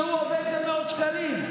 כשהוא עובד, זה מאות שקלים.